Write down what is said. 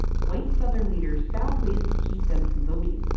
white southern leaders found ways to keep them from voting,